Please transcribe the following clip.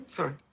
Sorry